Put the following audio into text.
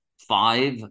five